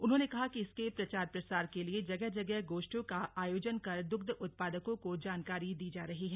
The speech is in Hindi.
उन्होंने कहा कि इसके प्रचार प्रसार के लिए जगह जगह गोष्ठियों का आयोजन कर दुग्ध उत्पादकों को जानकारी दी जा रही है